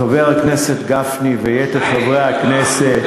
חבר הכנסת גפני ויתר חברי הכנסת?